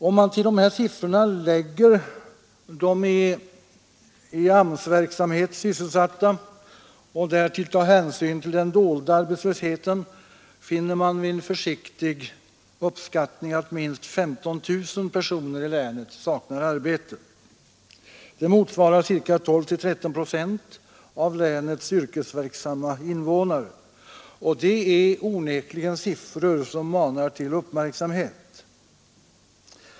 Om man till de här siffrorna lägger de i AMS-verksamhet sysselsatta och därtill tar hänsyn till den dolda arbetslösheten finner man vid en försiktig uppskattning att minst 15 000 personer i länet inte får arbete inom den reguljära arbetsmarknaden. Det motsvarar 12—13 procent av länets yrkesverksamma invånare, och det är onekligen siffror som manar till uppmärksamhet.